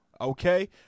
okay